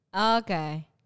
Okay